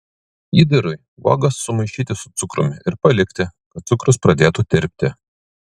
įdarui uogas sumaišyti su cukrumi ir palikti kad cukrus pradėtų tirpti